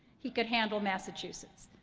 he could handle massachusetts.